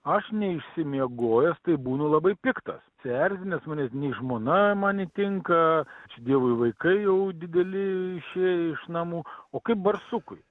aš neišsimiegojęs tai būnu labai piktas susierzinęs manęs nei žmona man įtinka ačiū dievui vaikai jau dideli išėję iš namų o kaip barsukui